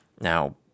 Now